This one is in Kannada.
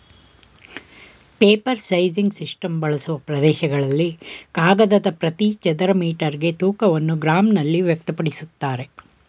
ಪೇಪರ್ ಸೈಸಿಂಗ್ ಸಿಸ್ಟಮ್ ಬಳಸುವ ಪ್ರದೇಶಗಳಲ್ಲಿ ಕಾಗದದ ಪ್ರತಿ ಚದರ ಮೀಟರ್ಗೆ ತೂಕವನ್ನು ಗ್ರಾಂನಲ್ಲಿ ವ್ಯಕ್ತಪಡಿಸ್ತಾರೆ